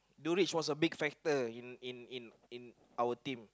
Durich was a big factor in in in in our team